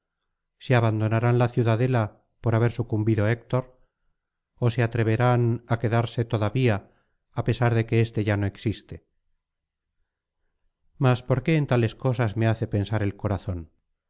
si abandonarán la ciudadela por haber sucumbido héctor ó se atreverán á quedarse todavía á pesar de que éste ya no existe mas por qué en tales cosas me hace pensar el corazón